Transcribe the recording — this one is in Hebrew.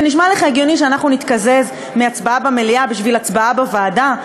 זה נשמע לך הגיוני שאנחנו נתקזז להצבעה במליאה בשביל הצבעה בוועדה?